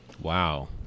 Wow